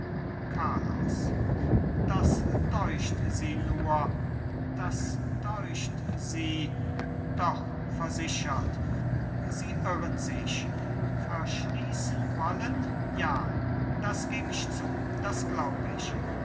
carlos das deucht sie nur das deucht sie doch versichert sie irren sich verschließen wollen ja das geb ich zu das glaub ich